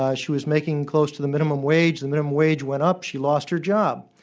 ah she was making close to the minimum wage. the minimum wage went up, she lost her job.